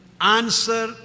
answer